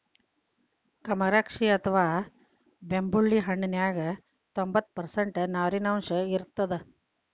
ಕಮರಾಕ್ಷಿ ಅಥವಾ ಬೆಂಬುಳಿ ಹಣ್ಣಿನ್ಯಾಗ ತೋಭಂತ್ತು ಪರ್ಷಂಟ್ ನೇರಿನಾಂಶ ಇರತ್ತದ